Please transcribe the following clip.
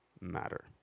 matter